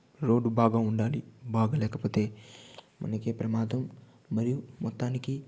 road బాగా ఉండాలి బాగోలేకపోతే మనకే ప్రమాదం మరియు మొత్తానికి